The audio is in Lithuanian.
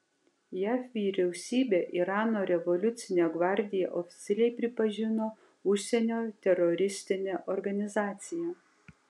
jav vyriausybė irano revoliucinę gvardiją oficialiai pripažino užsienio teroristine organizacija